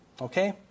Okay